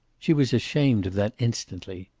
she was ashamed of that instantly.